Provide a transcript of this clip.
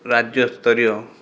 ରାଜ୍ୟସ୍ତରୀୟ